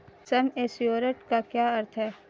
सम assured का क्या अर्थ है?